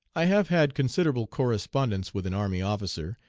i have had considerable correspondence with an army officer,